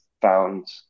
found